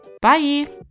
bye